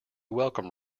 welcome